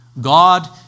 God